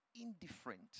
indifferent